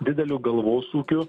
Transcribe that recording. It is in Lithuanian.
dideliu galvosūkiu